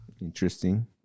Interesting